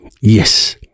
Yes